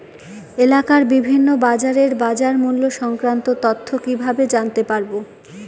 এলাকার বিভিন্ন বাজারের বাজারমূল্য সংক্রান্ত তথ্য কিভাবে জানতে পারব?